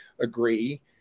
agree